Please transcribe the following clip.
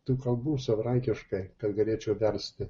tų kalbų savarankiškai kad galėčiau versti